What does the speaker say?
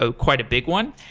ah quite a big one.